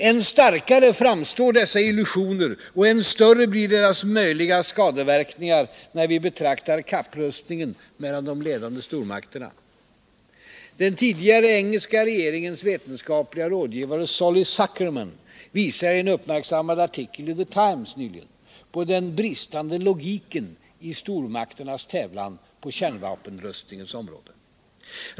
Än starkare framstår dessa illusioner och än större blir deras möjliga skadeverkningar när vi betraktar kapprustningen mellan de ledande stormakterna. Den tidigare engelska regeringens vetenskaplige rådgivare, Solly Zuckermann, visar i en uppmärksammad artikel i The Times nyligen på den bristande logiken i stormakternas tävlan på kärnvapenrustningens områden.